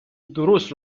درست